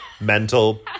mental